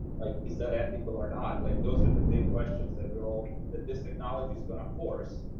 like, is that ethical or not? like, those are the big questions that will, that this technology is going to force.